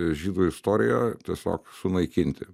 žydų istoriją tiesiog sunaikinti